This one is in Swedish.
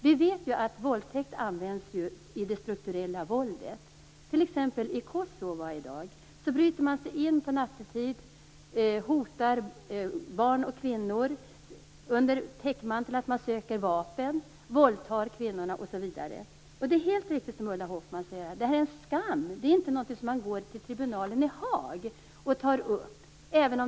Vi vet ju att våldtäkt används i strukturellt våld. I t.ex. Kosova bryter man sig in nattetid, hotar barn och kvinnor under täckmantel av att man söker vapen, våldtar kvinnorna osv. Det är helt riktigt som Ulla Hoffmann säger: Det är en skam. Det är inte någonting man går med till tribunalen i Haag.